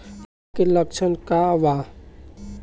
डकहा के लक्षण का वा?